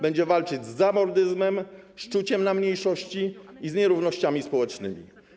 Będzie walczyć z zamordyzmem, szczuciem na mniejszości i z nierównościami społecznymi.